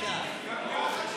להעביר לוועדה את